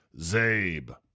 Zabe